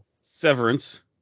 Severance